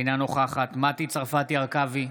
אינה נוכחת מטי צרפתי הרכבי,